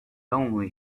only